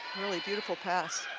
really beautiful pass.